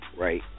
Right